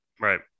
Right